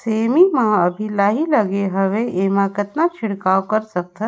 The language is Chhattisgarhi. सेमी म अभी लाही लगे हवे एमा कतना छिड़काव कर सकथन?